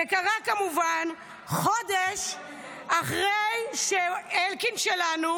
זה קרה כמובן חודש אחרי שאלקין שלנו,